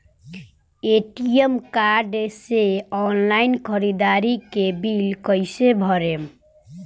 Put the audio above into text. ATM card से online ख़रीदारी के बिल कईसे भरेम?